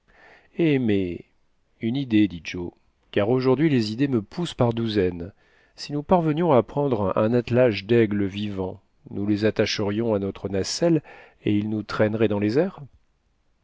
mais une idée dit joe car aujourd'hui les idées me poussent par douzaines si nous parvenions à prendre un attelage d'aigles vivants nous les attacherions à notre nacelle et ils nous traîneraient dans les airs